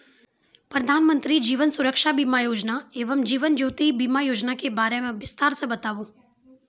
प्रधान मंत्री जीवन सुरक्षा बीमा योजना एवं जीवन ज्योति बीमा योजना के बारे मे बिसतार से बताबू?